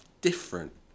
different